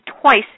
twice